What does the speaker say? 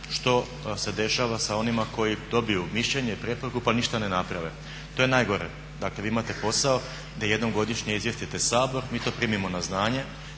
što se dešava sa onima koji dobiju mišljenje i preporuku pa ništa ne naprave. To je najgore. Dakle, vi imate posao da jednom godišnje izvijestite Sabor, mi to primimo na znanje,